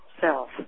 self